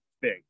big